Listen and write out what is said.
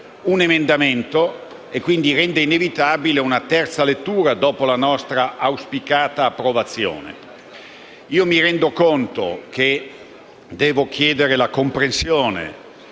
un emendamento e ciò rende inevitabile una terza lettura dopo la nostra auspicata approvazione. Mi rendo conto che devo chiedere la comprensione